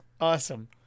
Awesome